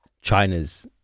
China's